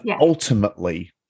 ultimately